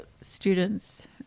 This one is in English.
students